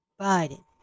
Biden